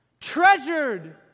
treasured